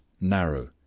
narrow